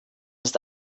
ist